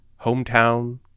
hometown